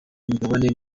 imigabane